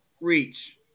reach